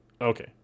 Okay